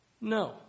No